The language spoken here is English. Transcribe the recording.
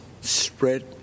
spread